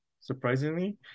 surprisingly